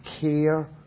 care